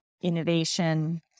innovation